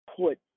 put